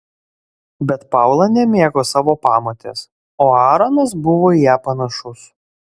bet paula nemėgo savo pamotės o aaronas buvo į ją panašus